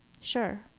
Sure